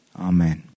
Amen